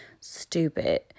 stupid